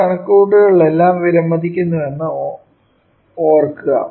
ഈ കണക്കുകൂട്ടലുകളെല്ലാം വിലമതിക്കുന്നുവെന്ന് ഓർക്കുക